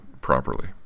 properly